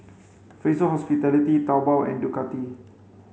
Fraser Hospitality Taobao and Ducati